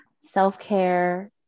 Self-care